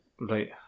Right